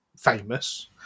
famous